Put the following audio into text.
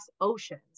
oceans